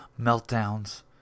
meltdowns